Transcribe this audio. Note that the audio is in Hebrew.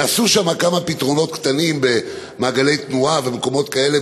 נעשו שם כמה פתרונות קטנים במעגלי תנועה ומקומות כאלה,